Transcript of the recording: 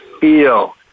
feel